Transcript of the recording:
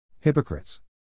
Hypocrites